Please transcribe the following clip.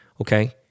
Okay